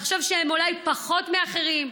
לחשוב שהם אולי פחות מאחרים,